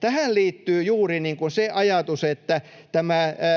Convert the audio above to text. tähän liittyy juuri se ajatus, että